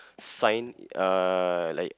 sign uh like